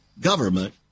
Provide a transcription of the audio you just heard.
government